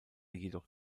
jedoch